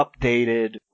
updated